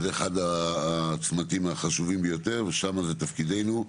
וזה אחד הצמתים החשובים ביותר ושם זה תפקידנו,